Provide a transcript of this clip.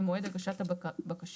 במועד הגשת הבקשה,